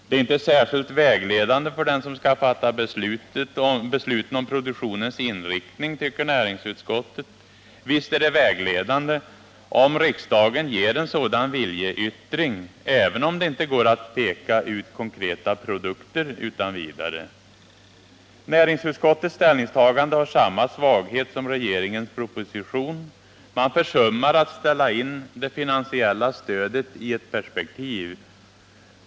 Det är inte särskilt vägledande för den som skall fatta besluten om produktionens inriktning, tycker näringsutskottet. Visst är det vägledande om riksdagen ger en sådan viljeyttring, även om det inte går att peka ut konkreta produkter utan vidare. Näringsutskottets ställningstagande har samma svaghet som regeringens proposition. Man försummar att ställa in det finansiella stödet i ett perspektiv.